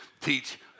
teach